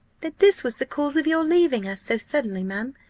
that this was the cause of your leaving us so suddenly, ma'am.